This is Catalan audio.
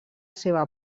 seva